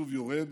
שוב יורד,